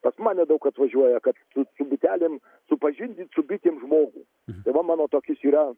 pas mane daug atvažiuoja kad su su bitelėm supažindint su bitėm žmogų tai va mano tokis yra